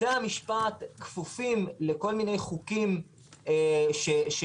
בתי המשפט כפופים לכל מיני חוקים שכרגע